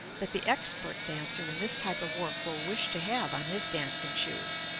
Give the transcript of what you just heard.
that the expert dancer in this type of work will wish to have on his dancing shoes,